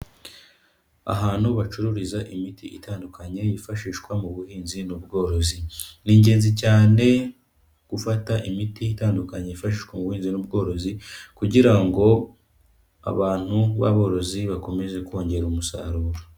Ahantu bacururiza imiti itandukanye, yifashishwa mu buhinzi n'ubworozi, ni ingenzi cyane gufata imiti itandukanye, yifashishwa mu buhinzi n'ubworozi kugira ngo abantu b'aborozi bakomeze kongera umusaruro.